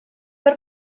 per